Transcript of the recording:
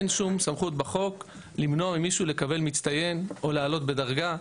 אין שום סמכות בחוק למנוע ממישהו לקבל מצטיין או להעלות בדרגה.